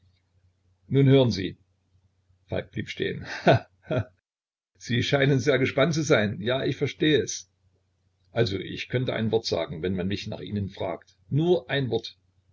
nun hören sie falk blieb stehen he he sie scheinen sehr gespannt zu sein ja ich verstehe es also ich könnte ein wort sagen wenn man mich nach ihnen fragt nur ein wort